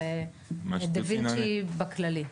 אבל לגבי דה וינצ'י בכללי.